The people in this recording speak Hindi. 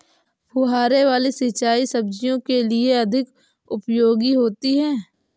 फुहारे वाली सिंचाई सब्जियों के लिए अधिक उपयोगी होती है?